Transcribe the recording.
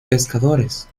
pescadores